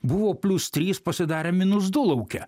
buvo plius trys pasidarė minus du lauke